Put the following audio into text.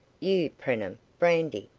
you, preenham, brandy.